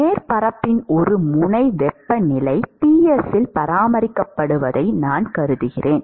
மேற்பரப்பின் ஒரு முனை வெப்பநிலை Ts இல் பராமரிக்கப்படுவதை நான் கருதிகிறேன்